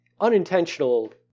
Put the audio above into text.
unintentional